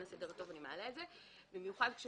אבל למען הסדר הטוב אני מעלה את זה,